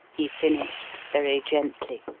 he finished very gently.